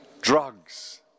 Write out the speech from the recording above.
drugs